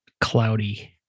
cloudy